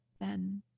then-